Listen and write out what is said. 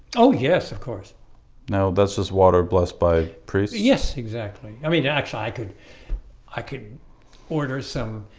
oh, yes, of course no, that's just water blessed by crazy. yes, exactly. i mean yeah actually i could i could order some